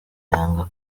yanga